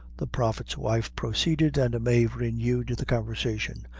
the prophet's wife proceeded, and mave renewed the conversation.